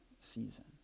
season